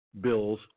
bills